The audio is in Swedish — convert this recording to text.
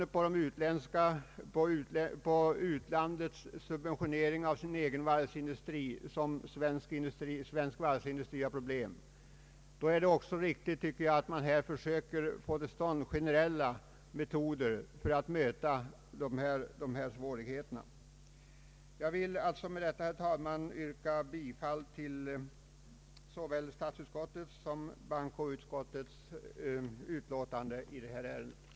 Det är på grund av vissa länders subventionering av den egna varvsindustrin som svensk varvsindustri har problem. Då är det också riktigt att man söker få till stånd generella metoder för att möta dessa svårigheter. Jag ber, herr talman, att med detta få yrka bifall till utskottets förslag i detta ärende.